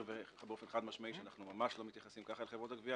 באופן חד משמעי שאנחנו ממש לא מתייחסים ככה לחברות הגבייה.